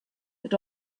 that